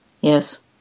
Yes